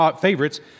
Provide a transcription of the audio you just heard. favorites